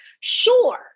Sure